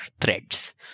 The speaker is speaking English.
threads